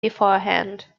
beforehand